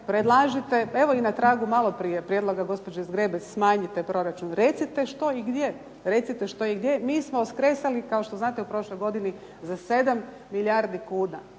Evo na tragu i malo prije prijedloga gospođe Zgrebec smanjite proračun. Recite što i gdje? Mi smo skresali kao što znate u prošloj godini za 7 milijardi kuna,